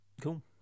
cool